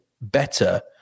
better